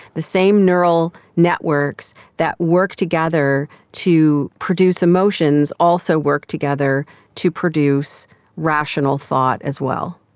the same neural networks that work together to produce emotions also work together to produce rational thought as well.